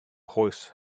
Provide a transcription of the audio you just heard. horse